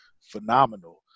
phenomenal